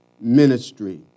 ministry